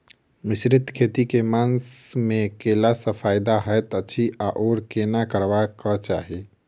मिश्रित खेती केँ मास मे कैला सँ फायदा हएत अछि आओर केना करबाक चाहि?